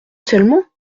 seulement